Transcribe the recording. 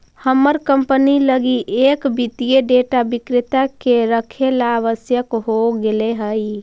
हमर कंपनी लगी एक वित्तीय डेटा विक्रेता के रखेला आवश्यक हो गेले हइ